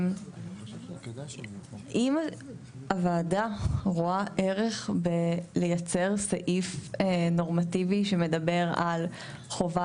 אם הוועדה רואה ערך בלייצר סעיף נורמטיבי שמדבר על חובה